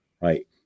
right